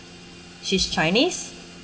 she's chinese